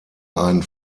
ein